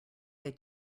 they